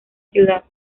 ciudad